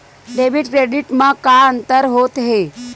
Debit credit मा का अंतर होत हे?